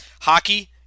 Hockey